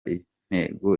intego